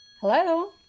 Hello